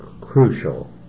crucial